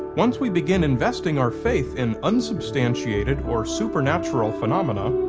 once we begin investing our faith in unsubstantiated or supernatural phenomena,